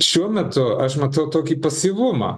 šiuo metu aš matau tokį pasyvumą